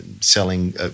selling